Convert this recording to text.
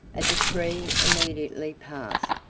a decree immediately passed,